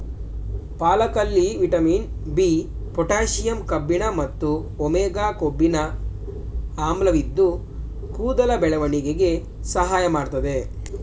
ಪಾಲಕಲ್ಲಿ vitamin B, potassium ಕಬ್ಬಿಣ ಮತ್ತು omega ಕೊಬ್ಬಿನ ಆಮ್ಲವಿದ್ದು ಕೂದಲ ಬೆಳವಣಿಗೆಗೆ ಸಹಾಯ ಮಾಡ್ತದೆ